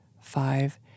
five